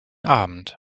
abend